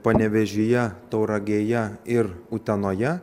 panevėžyje tauragėje ir utenoje